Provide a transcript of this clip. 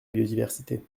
biodiversité